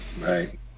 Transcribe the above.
Right